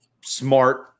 smart